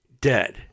dead